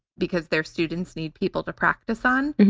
because their students need people to practice on,